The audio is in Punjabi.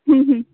ਹੂੰ ਹੂੰ